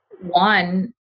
one